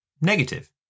negative